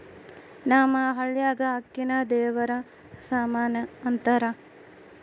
ನಮ್ಮ ಹಳ್ಯಾಗ ಅಕ್ಕಿನ ದೇವರ ಸಮಾನ ಅಂತಾರ